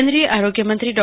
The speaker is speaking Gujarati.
કેન્દ્રીય આરોગ્ય મંત્રી ડો